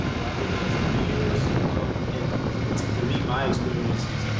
i've been there three years um and for for me my experiences.